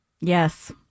Yes